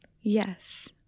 yes